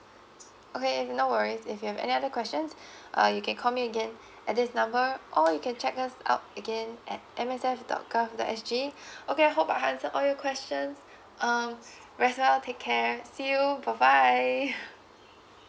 okay no worries if you have any other questions uh you can call me again at this number or you can check us out again at M S F dot com dot sg okay I hope I answered all your questions um rest well take care see you bye bye